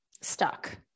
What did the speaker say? stuck